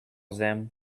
them